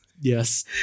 Yes